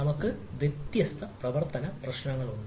നമ്മൾക്ക് വ്യത്യസ്ത പ്രവർത്തന പ്രശ്നങ്ങളുണ്ട്